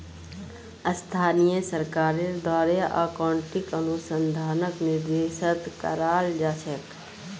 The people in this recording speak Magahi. स्थानीय सरकारेर द्वारे अकाउन्टिंग अनुसंधानक निर्देशित कराल जा छेक